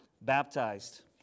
baptized